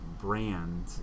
Brand